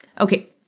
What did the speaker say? Okay